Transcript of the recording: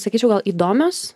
sakyčiau gal įdomios